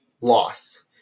loss